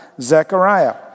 Zechariah